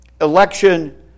Election